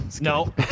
No